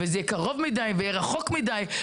זה יהיה קרוב מדי ויהיה רחוק מדי,